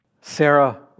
Sarah